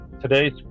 Today's